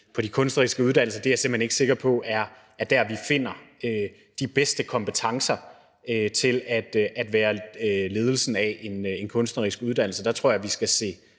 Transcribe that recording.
på de kunstneriske uddannelser. Det er jeg simpelt hen ikke sikker på er dér, hvor vi finder de bedste kompetencer til at være ledelsen på en kunstnerisk uddannelse. Der tror jeg at vi skal se